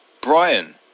brian